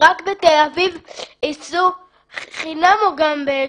זה אמור להקל באופן משמעותי.